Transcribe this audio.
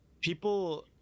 people